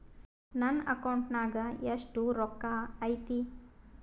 ನನ್ನ ಅಕೌಂಟ್ ನಾಗ ಎಷ್ಟು ರೊಕ್ಕ ಐತಿ?